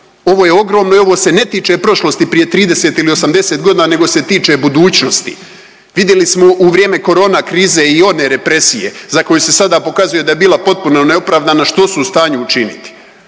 Ovo je ogromno i ovo se ne tiče prošlosti prije 30 ili 80 godina nego se tiče budućnosti. Vidjeli smo u vrijeme korona krize i one represije za koju se sada pokazuje da je bila potpuno neopravdana što su u stanju učiniti,